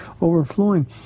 overflowing